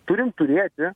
turim turėti